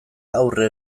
aurre